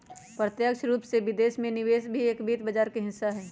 प्रत्यक्ष रूप से विदेश में निवेश भी एक वित्त बाजार के हिस्सा हई